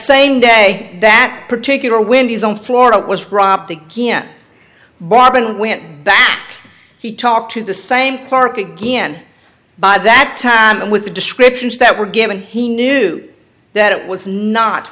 same day that particular windies in florida was robbed again bob and went back he talked to the same clark again by that time and with the descriptions that were given he knew that it was not